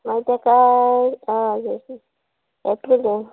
आ तेका आ येतलें गो